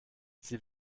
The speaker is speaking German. sie